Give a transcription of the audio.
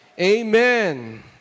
Amen